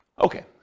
okay